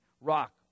rock